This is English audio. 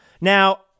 Now